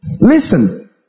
listen